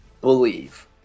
believe